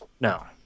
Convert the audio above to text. no